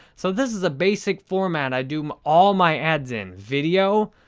so, this is a basic format i do all my ads in video,